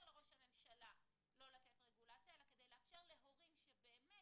לראש הממשלה לא לתת רגולציה אלא כדי לאפשר להורים שבאמת,